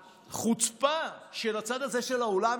החוצפה של הצד הזה של האולם,